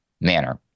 manner